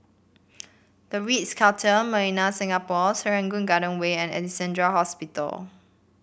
The Ritz Carlton Millenia Singapore Serangoon Garden Way and Alexandra Hospital